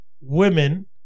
women